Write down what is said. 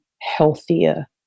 healthier